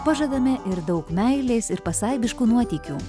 pažadame ir daug meilės ir pasaibiškų nuotykių